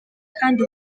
kandi